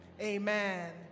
Amen